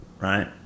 right